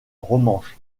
romanche